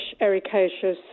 ericaceous